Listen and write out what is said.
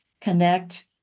connect